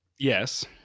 Yes